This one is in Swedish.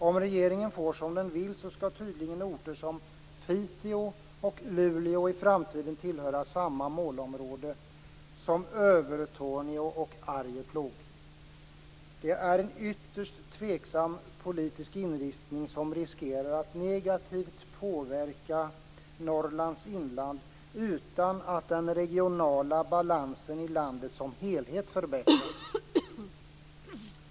Om regeringen får som den vill skall tydligen orter som Piteå och Luleå i framtiden tillhöra samma målområde som Övertorneå och Arjeplog. Det är en ytterst tveksam politisk inriktning som riskerar att negativt påverka Norrlands inland utan att den regionala balansen i landet som helhet förbättras.